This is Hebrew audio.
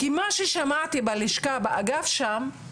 כי מה ששמעתי בלשכה באגף שם,